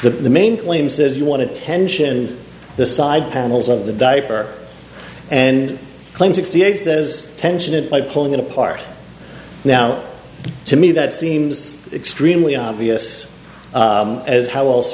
the main claim says you want to tension the side panels of the diaper and claim sixty eight says tension and by pulling it apart now to me that seems extremely obvious as how else